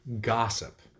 gossip